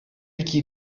iki